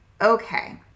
Okay